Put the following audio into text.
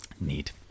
Neat